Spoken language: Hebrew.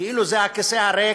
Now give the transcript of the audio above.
כאילו זה הכיסא הריק.